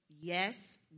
Yes